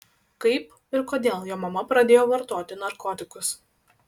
kaip ir kodėl jo mama pradėjo vartoti narkotikus